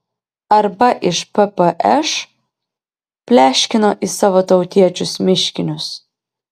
arba iš ppš pleškino į savo tautiečius miškinius